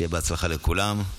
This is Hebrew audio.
שיהיה בהצלחה לכולם.